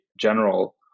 general